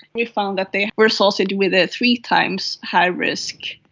we found that they were associated with a three times higher risk.